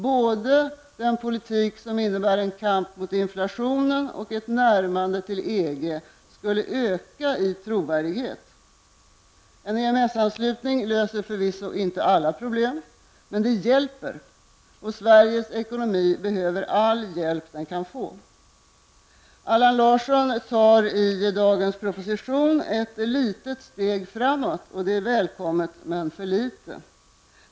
Både den politik som innebär en kamp mot inflationen och ett närmande till EG skulle öka i trovärdighet. En EMS-anslutning löser förvisso inte alla problem, men det hjälper. Sveriges ekonomi behöver all hjälp den kan få. Allan Larsson tar i dagens proposition ett litet steg framåt. Det är välkommet, men det är för litet.